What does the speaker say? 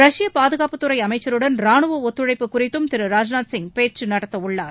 ரஷ்ய பாதுகாப்புத்துறை அமைச்சருடன் ரானுவ ஒத்துழைப்பு குறித்தும் திரு ராஜ்நாத் சிங் பேச்சுநடத்த உள்ளார்